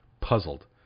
puzzled